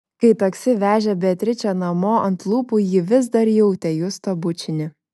kai taksi vežė beatričę namo ant lūpų ji vis dar jautė justo bučinį